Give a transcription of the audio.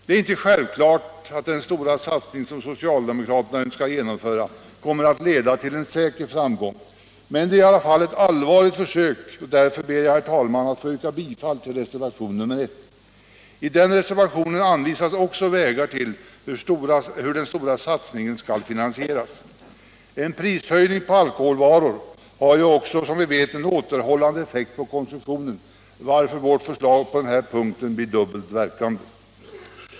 Det är inte självklart att den stora satsning som socialdemokraterna önskar genomföra kommer att leda till en säker framgång, men satsningen innebär i alla fall ett allvarligt försök, och därför ber jag, herr talman, att få yrka bifall till reservationen 1. I den reservationen anvisas även vägar till hur den stora satsningen skall finansieras. En prishöjning på alkoholvaror har ju också som vi vet en återhållande effekt på konsumtionen, varför vårt förslag alltså blir dubbelt verkande.